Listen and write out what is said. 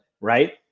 right